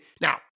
Now